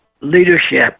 leadership